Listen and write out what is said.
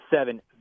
seven